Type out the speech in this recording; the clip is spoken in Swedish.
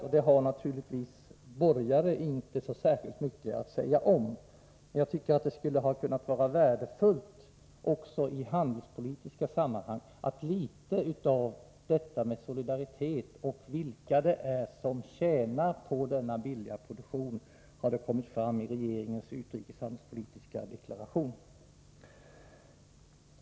Borgarna har naturligtvis inte mycket att säga om detta, men jag tycker att det hade varit värdefullt ifall något om solidariteten och litet om vilka det är som tjänar på denna billiga produktion hade kommit fram i regeringens utrikeshandelspolitiska deklaration.